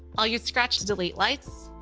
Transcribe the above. i'll use scratch to delete lights.